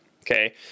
Okay